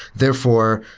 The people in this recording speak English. therefore,